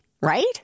right